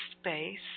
space